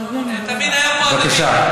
בבקשה.